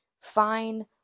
fine